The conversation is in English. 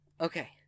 Okay